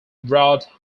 rod